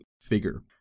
figure